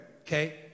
okay